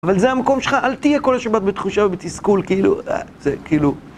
אבל זה המקום שלך, אל תהיה כל השבת בתחושה ובתסכול, כאילו, זה כאילו...